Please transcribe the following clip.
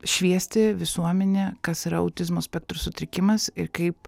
šviesti visuomenę kas yra autizmo spektro sutrikimas ir kaip